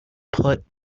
put